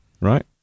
right